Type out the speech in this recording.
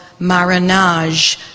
marinage